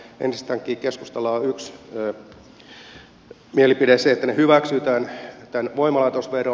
ensinnäkin keskustalla on yksi mielipide se että se hyväksy tämän voimalaitosveron